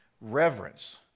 reverence